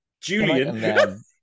Julian